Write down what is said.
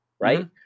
right